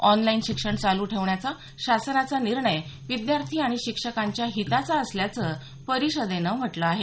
online शिक्षण चालू ठेवण्याचा शासनाचा निर्णय विद्यार्थी आणि शिक्षकांच्या हिताचा असल्याचं परिषदेनं म्हटलं आहे